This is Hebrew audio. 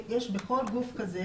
בכל גוף כזה,